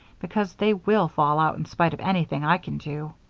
because they will fall out in spite of anything i can do.